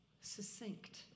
succinct